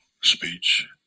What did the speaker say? speech